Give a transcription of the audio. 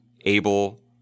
able